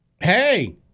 Hey